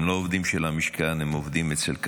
הם לא עובדים של המשכן, הם עובדים אצל קבלן.